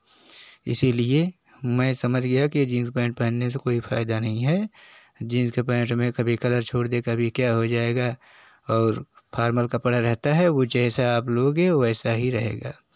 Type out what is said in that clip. इसीलिए मैं समझ गया की जिन्स पैंट पहनने से कोई फ़ायदा नहीं है जिन्स का पैंट में कभी कलर छोड़ देगा कभी क्या हो जाएगा और फॉर्मल कपड़ा रहता है वह जैसा आप लोगे वैसा ही रहेगा